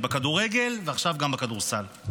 בכדורגל ועכשיו גם בכדורסל.